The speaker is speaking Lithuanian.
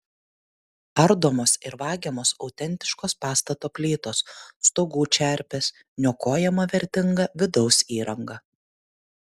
ardomos ir vagiamos autentiškos pastato plytos stogų čerpės niokojama vertinga vidaus įranga